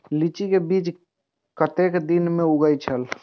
लीची के बीज कै कतेक दिन में उगे छल?